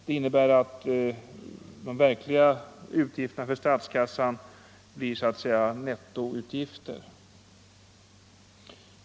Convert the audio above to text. Det innebär att de verkliga utgifterna för statskassan blir så att säga nettoutgifterna.